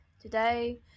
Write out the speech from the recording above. Today